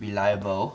reliable